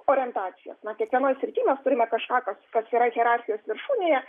orientacijas na kiekvienoj srity mes turime kažką kas kas yra hierarchijos viršūnėje